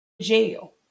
jail